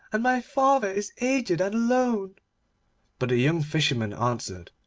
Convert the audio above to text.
and my father is aged and alone but the young fisherman answered,